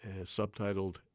subtitled